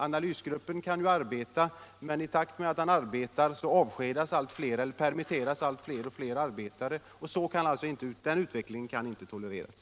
Analysgruppen kan arbeta, men i takt med dess arbete permitteras allt fler arbetare, och den utvecklingen kan inte tolereras.